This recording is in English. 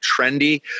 trendy